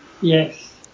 Yes